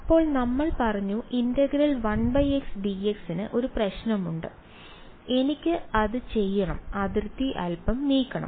അപ്പോൾ നമ്മൾ പറഞ്ഞു ∫1x dx ന് ഒരു പ്രശ്നമുണ്ട് എനിക്ക് അത് ചെയ്യണം അതിർത്തി അൽപ്പം നീക്കുക